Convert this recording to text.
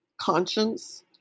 conscience